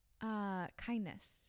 Kindness